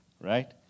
right